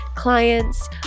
clients